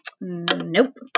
Nope